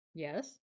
Yes